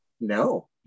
No